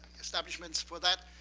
establishments for that.